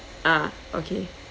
ah okay